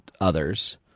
others